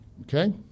Okay